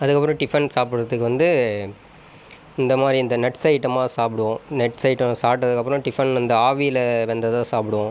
அதுக்கப்பறம் டிஃபன் சாப்பிட்டுறதுக்கு வந்து இந்த மாதிரி இந்த நட்ஸ் ஐட்டமாக சாப்பிடுவோம் நட்ஸ் ஐட்டம் சாப்பிட்டதுக்கப்பறம் டிஃபன் இந்த ஆவியில் வெந்தது தான் சாப்பிடுவோம்